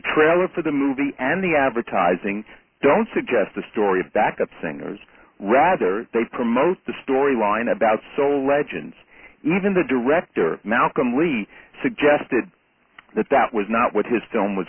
trailer for the movie and the advertising don't suggest a story of backup singers rather they promote the storyline about soul legend's even the director malcolm lee suggested that that was not what his film was